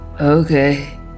Okay